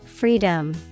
Freedom